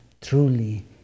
truly